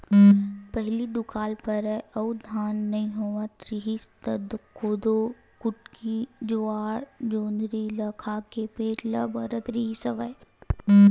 पहिली दुकाल परय अउ धान नइ होवत रिहिस त कोदो, कुटकी, जुवाड़, जोंधरी ल खा के पेट ल भरत रिहिस हवय